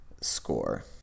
score